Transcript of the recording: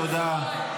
תודה.